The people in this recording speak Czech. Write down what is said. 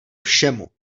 všemu